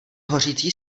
hořící